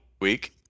week